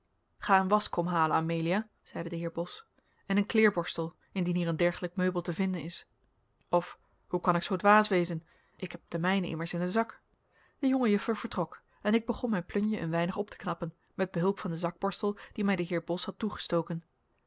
ga een waschkom halen amelia zeide de heer bos en een kleerborstel indien hier een dergelijk meubel te vinden is of hoe kan ik zoo dwaas wezen ik heb den mijnen immers in den zak de jonge juffer vertrok en ik begon mijn plunje een weinig op te knappen met behulp van den zakborstel dien mij de heer bos had toegestoken